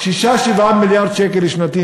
6 7 מיליארד שקל שנתי,